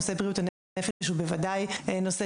נושא בריאות הנפש הוא בוודאי נושא